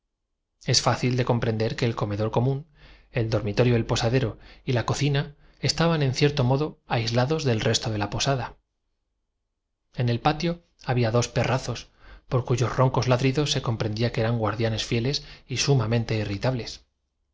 es fácil de com prender que el comedor común el dormitorio del posadero y la cocina estaban en cierto modo aislados del resto de la posada en el patio había dos porrazos por cuyos roncos ladridos se comprendía que eran guardianes fieles y sumamente irritables